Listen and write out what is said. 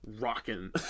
rocking